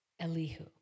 Elihu